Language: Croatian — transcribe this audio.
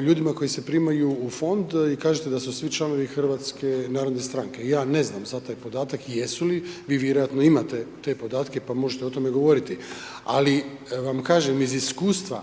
ljudima koji se primaju u Fond i kažete da su svi članovi HNS-a. Ja ne znam za taj podatak, jesu li, vi vjerojatno imate te podatke, pa možete o tome govoriti, ali vam kažem iz iskustva,